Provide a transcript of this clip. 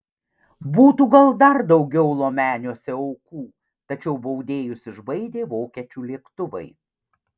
būtų gal dar daugiau lomeniuose aukų tačiau baudėjus išbaidė vokiečių lėktuvai